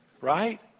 Right